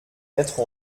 mettre